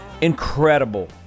incredible